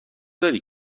داری